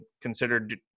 considered